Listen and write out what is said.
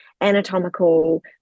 anatomical